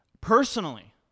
personally